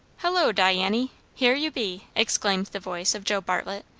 hullo, diany! here you be! exclaimed the voice of joe bartlett,